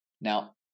Now